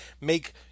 make